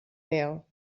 mehr